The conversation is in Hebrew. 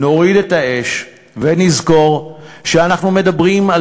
נוריד את האש ונזכור שאנחנו מדברים על